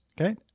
Okay